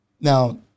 Now